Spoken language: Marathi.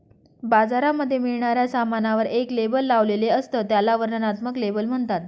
बाजारामध्ये मिळणाऱ्या सामानावर एक लेबल लावलेले असत, त्याला वर्णनात्मक लेबल म्हणतात